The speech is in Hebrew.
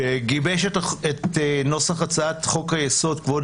שגיבש את נוסח הצעת חוק יסוד: כבוד